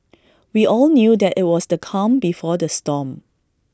we all knew that IT was the calm before the storm